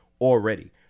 already